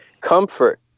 Comfort